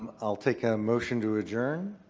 ah i'll take a motion to adjourn.